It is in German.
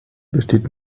besteht